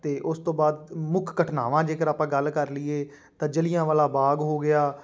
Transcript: ਅਤੇ ਉਸ ਤੋਂ ਬਾਅਦ ਮੁੱਖ ਘਟਨਾਵਾਂ ਜੇਕਰ ਆਪਾਂ ਗੱਲ ਕਰ ਲਈਏ ਤਾਂ ਜਲਿਆਂਵਾਲਾ ਬਾਗ ਹੋ ਗਿਆ